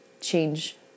change